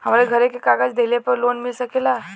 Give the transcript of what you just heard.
हमरे घरे के कागज दहिले पे लोन मिल सकेला?